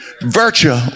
virtue